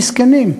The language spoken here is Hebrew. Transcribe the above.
מסכנים.